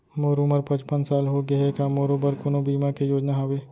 मोर उमर पचपन साल होगे हे, का मोरो बर कोनो बीमा के योजना हावे?